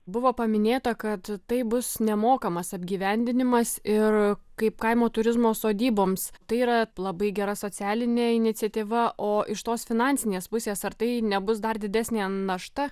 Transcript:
buvo paminėta kad tai bus nemokamas apgyvendinimas ir kaip kaimo turizmo sodyboms tai yra labai gera socialinė iniciatyva o iš tos finansinės pusės ar tai nebus dar didesnė našta